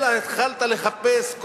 אלא התחלת לחפש,